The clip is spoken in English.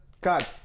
God